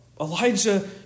Elijah